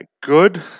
good